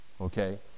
Okay